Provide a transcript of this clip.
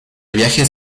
viajes